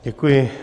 Děkuji.